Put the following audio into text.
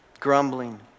grumbling